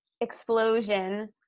explosion